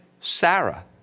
Sarah